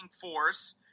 force